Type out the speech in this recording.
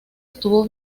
estuvo